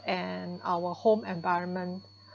and our home environment